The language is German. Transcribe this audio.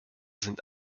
sind